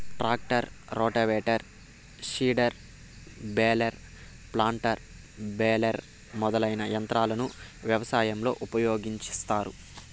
tractor, rotavator, seeder, baler, planter, baler మొదలైన యంత్రాలను వ్యవసాయంలో ఉపయోగిస్తాన్నారు